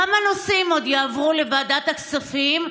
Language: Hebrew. כמה נושאים עוד יעברו לוועדת הכספים?